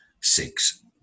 Six